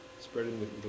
spreading